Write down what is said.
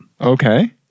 Okay